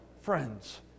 friends